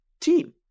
team